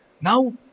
Now